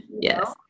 Yes